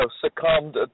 succumbed